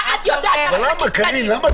מה את יודעת על עסקים קטנים?